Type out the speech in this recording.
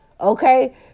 okay